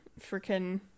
Freaking